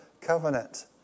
covenant